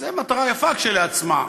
שזו מטרה יפה כשלעצמה,